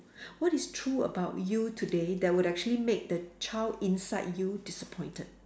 what is true about you today that will actually make the child inside you disappointed